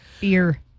Beer